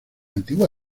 antigua